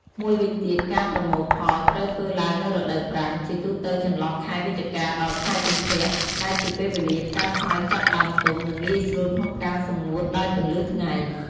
មួយវិញទៀត ការប្រមូលផលត្រូវធ្វើឡើងនៅរដូវប្រាំង ជាទូទៅចន្លោះខែវិច្ឆិកា ដល់ខែកុម្ភៈ ដែលជាពេលវេលាផ្កាស្មៅចាប់ផ្ដើមទុំ និងងាយស្រួលក្នុងការសម្ងួតដោយពន្លឺថ្ងៃ។